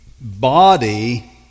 body